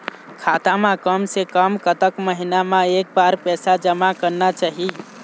खाता मा कम से कम कतक महीना मा एक बार पैसा जमा करना चाही?